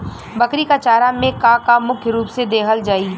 बकरी क चारा में का का मुख्य रूप से देहल जाई?